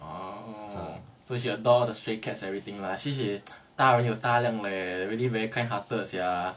orh so she adopt all the stray cats everything lah actually she 大人有大量 leh really very kind hearted sia